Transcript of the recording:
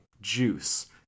juice